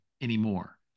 anymore